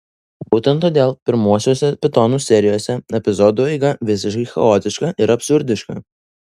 būtent todėl pirmuosiuose pitonų serijose epizodų eiga visiškai chaotiška ir absurdiška